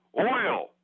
Oil